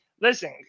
listen